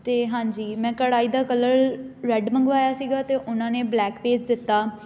ਅਤੇ ਹਾਂਜੀ ਮੈਂ ਕੜਾਹੀ ਦਾ ਕਲਰ ਰੈਡ ਮੰਗਵਾਇਆ ਸੀਗਾ ਅਤੇ ਉਹਨਾਂ ਨੇ ਬਲੈਕ ਭੇਜ ਦਿੱਤਾ